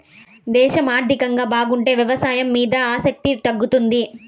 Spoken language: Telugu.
దేశం ఆర్థికంగా బాగుంటే వ్యవసాయం మీద ఆసక్తి తగ్గుతుంది